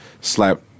slap